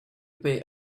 pay